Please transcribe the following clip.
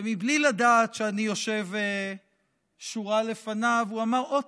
ומבלי לדעת שאני יושב שורה לפניו הוא אמר: אוה,